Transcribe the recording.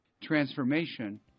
Transformation